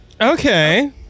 Okay